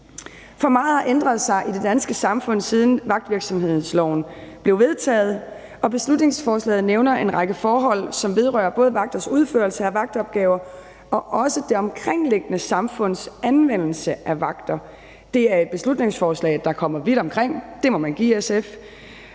For meget har ændret sig i det danske samfund, siden vagtvirksomhedsloven blev vedtaget, og beslutningsforslaget nævner en række forhold, som vedrører både vagters udførelse af vagtopgaver og også det omkringliggende samfunds anvendelse af vagter. Det er et beslutningsforslag, der kommer vidt omkring, det må man give SF,